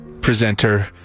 presenter